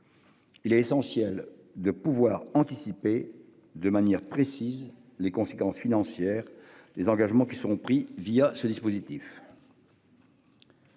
Il est essentiel de pouvoir anticiper de manière précise les conséquences financières des engagements qui seront pris au travers de ce dispositif.